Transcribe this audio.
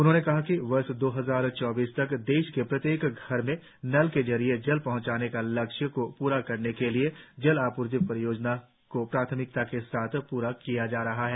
उन्होंने कहा कि वर्ष दो हजार चौबीस तक देश के प्रत्येक घर में नल के जरिए जल पहंचाने का लक्ष्य को पूरा करने के लिए जल आपूर्ति परियोजनाओं को प्राथमिकता के साथ पूरा किया जा रहा है